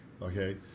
Okay